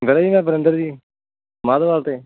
ਵੀਰਾਂ ਨੀਗਾ ਵਰਿੰਦਰ ਜੀ ਮਾਧੋਵਾਲ ਤੋਂ